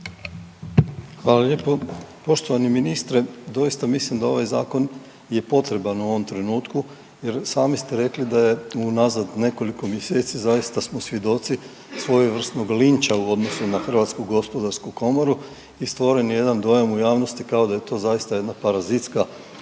Hvala lijepo. Poštovani ministre, doista mislim da ovaj zakon je potreban u ovom trenutku jer sami ste rekli da je unazad nekoliko mjeseci zaista smo svjedoci svojevrsnog linča u odnosu na HGK i stvoren je jedan dojam u javnosti kao da je to zaista jedna parazitska